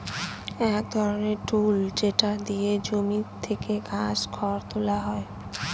এক ধরনের টুল যেটা দিয়ে জমি থেকে ঘাস, খড় তুলা হয়